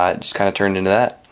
ah just kind of turned into that.